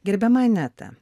gerbiama aneta